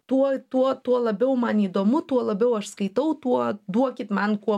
tuo tuo tuo labiau man įdomu tuo labiau aš skaitau tuo duokit man kuo